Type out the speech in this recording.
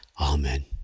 Amen